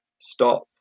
stop